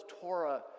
Torah